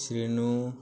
Srinu